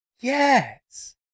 Yes